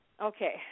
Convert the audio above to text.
Okay